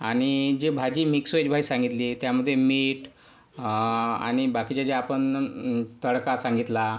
आणि जे भाजी मिक्स व्हेज भाजी सांगितली त्यामध्ये मीठ आणि बाकीचे जे आपण तडका सांगितला